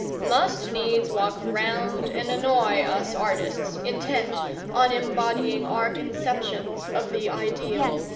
must needs walk round and annoy us artists, intent on embodying our conceptions of the ideal.